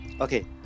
okay